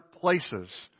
places